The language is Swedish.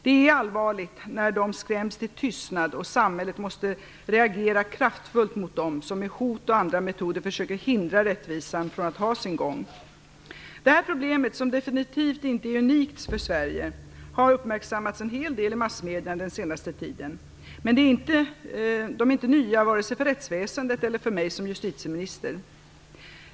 Det är allvarligt när dessa skräms till tystnad och samhället måste reagera kraftfullt mot dem som med hot och andra metoder försöker hindra rättvisan från att ha sin gång. De här problemen - som definitivt inte är unika för Sverige - har uppmärksammats en hel del i massmedierna den senaste tiden, men de är inte nya vare sig för rättsväsendet eller för mig som justitieminister.